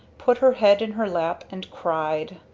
put her head in her lap and cried.